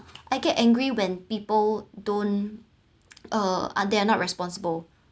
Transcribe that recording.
I get angry when people don't uh ah they are not responsible